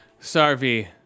Sarvi